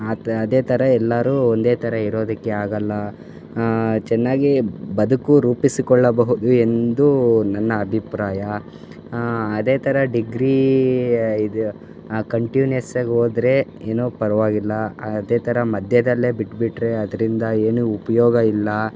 ಆ ತ ಅದೇ ಥರ ಎಲ್ಲರೂ ಒಂದೇ ಥರ ಇರೋದಕ್ಕೆ ಆಗೊಲ್ಲ ಚೆನ್ನಾಗಿ ಬದುಕು ರೂಪಿಸಿಕೊಳ್ಳಬಹುದು ಎಂದು ನನ್ನ ಅಭಿಪ್ರಾಯ ಅದೇ ಥರ ಡಿಗ್ರೀ ಇದು ಕಂಟೀವ್ನೆಸ್ ಆಗಿ ಓದ್ರೆ ಏನೋ ಪರವಾಗಿಲ್ಲ ಅದೇ ಥರ ಮಧ್ಯದಲ್ಲೆ ಬಿಟ್ಟು ಬಿಟ್ರೆ ಅದರಿಂದ ಏನು ಉಪಯೋಗ ಇಲ್ಲ